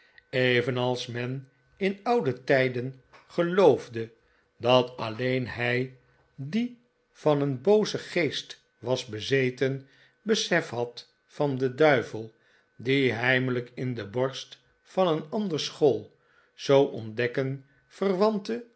evenals men in oude tijden geloofde dat alleen hij die van een boozen geest was bezeten besef had van den duivel die heimelijk in de borst van een ander school zoo